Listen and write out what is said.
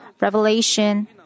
Revelation